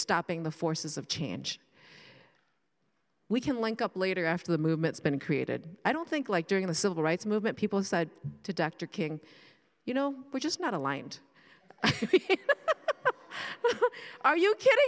stopping the forces of change we can link up later after the movement's been created i don't think like during the civil rights movement people decide to dr king you know we're just not aligned are you kidding